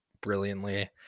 brilliantly